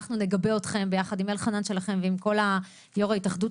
אנחנו נגבה אתכם ביחד עם אלחנן שלכם ועם כל יו"ר ההתאחדות